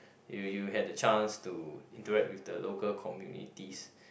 you you had the chance to interact with the local communities